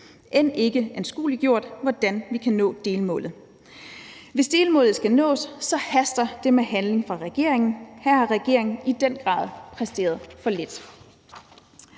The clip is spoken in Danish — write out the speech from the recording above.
end ikke anskueliggjort, hvordan vi kan nå delmålet. Hvis delmålet skal nås, haster det med handling fra regeringen. Her har regeringen i den grad præsteret for lidt.